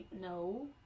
no